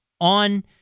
on